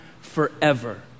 forever